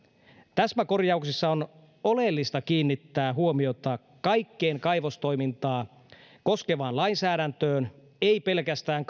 täsmäkorjauksissa on oleellista kiinnittää huomiota kaikkeen kaivostoimintaa koskevaan lainsäädäntöön ei pelkästään